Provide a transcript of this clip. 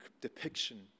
depiction